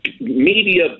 Media